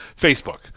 Facebook